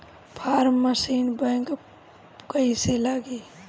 Form machine बैक कईसे लागी?